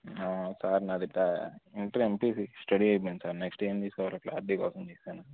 sir నాది inter MPC study అయ్యింది sir next ఏం తీసుకోవాలో క్లారిటీ కోసం చేసాను